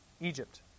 Egypt